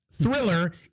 Thriller